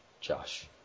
Josh